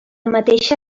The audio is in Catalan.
mateixa